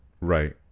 right